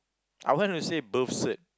I want to say birth cert